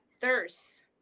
thirst